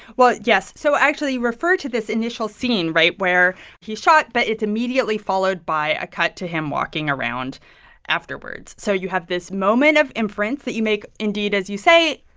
well, yes, so actually, you refer to this initial scene right? where he's shot, but it's immediately followed by a cut to him walking around afterwards. so you have this moment of inference that you make, indeed, as you say,